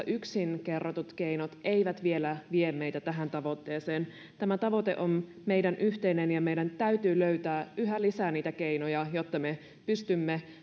yksin hallitusohjelmassa kerrotut keinot eivät vielä vie meitä tähän tavoitteeseen tämä tavoite on meidän yhteinen ja meidän täytyy löytää yhä lisää niitä keinoja jotta me pystymme